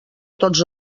tots